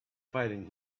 fighting